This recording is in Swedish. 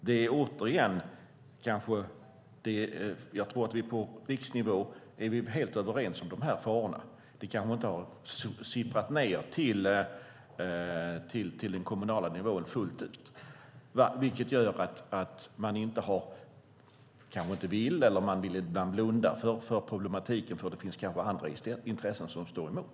På riksnivå är vi nog helt överens om de här farorna, men det har kanske inte sipprat ned till den kommunala nivån fullt ut, vilket gör att man kanske inte alltid vill se eller ibland vill blunda för problematiken, för det finns kanske andra intressen som står emot.